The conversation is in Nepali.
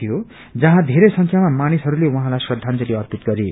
यियोजहाँ धेरै संख्यामा मानिसहरूले उहाँलाई श्रदाजंली अर्पित गरे